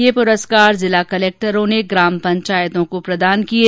ये पुरस्कार जिला कलक्टरों ने ग्राम पंचायतों को प्रदान किये